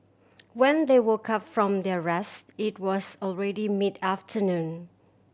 when they woke up from their rest it was already mid afternoon